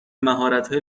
مهارتهای